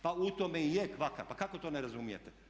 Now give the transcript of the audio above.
Pa u tome i je kvaka, pa kako to ne razumijete?